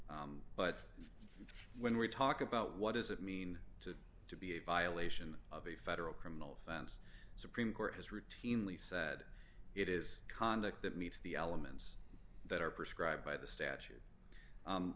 but when we talk about what does it mean to be a violation of a federal criminal offense supreme court has routinely said it is conduct that meets the elements that are prescribed by the statute